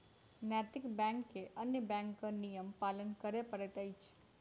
नैतिक बैंक के अन्य बैंकक नियम पालन करय पड़ैत अछि